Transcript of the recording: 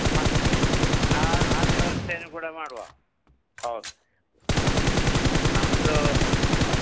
ಮಕ್ ಆ ವ್ಯವಸ್ಥೆನು ಕೂಡ ಮಾಡುವ ಹೌದು ಹಾಂ ನಮ್ಮದು ಹಾಂ